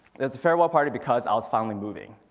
it was a farewell party because i was finally moving.